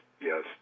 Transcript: yes